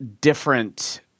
different